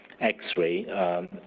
X-ray